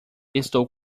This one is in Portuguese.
estou